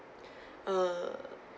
uh